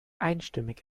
einstimmig